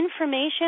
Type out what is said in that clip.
information